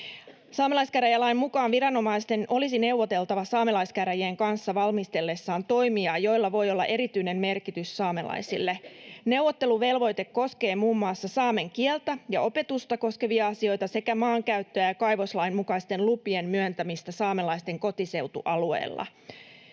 Saamelaiskäräjälain mukaan viranomaisten olisi neuvoteltava saamelaiskäräjien kanssa valmistellessaan toimia, joilla voi olla erityinen merkitys saamelaisille. Neuvotteluvelvoite koskee muun muassa saamen kieltä ja opetusta koskevia asioita sekä maankäyttöä ja kaivoslain mukaisten lupien myöntämistä saamelaisten kotiseutualueella.